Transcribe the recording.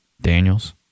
Daniels